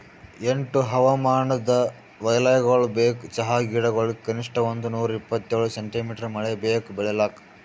ಎಂಟು ಹವಾಮಾನದ್ ವಲಯಗೊಳ್ ಬೇಕು ಚಹಾ ಗಿಡಗೊಳಿಗ್ ಕನಿಷ್ಠ ಒಂದುನೂರ ಇಪ್ಪತ್ತೇಳು ಸೆಂಟಿಮೀಟರ್ ಮಳೆ ಬೇಕು ಬೆಳಿಲಾಕ್